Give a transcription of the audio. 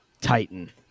Titan